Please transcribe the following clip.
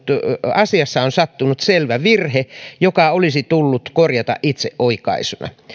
asiassa on sattunut selvä virhe joka olisi tullut korjata itseoikaisuna